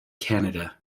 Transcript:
canada